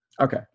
okay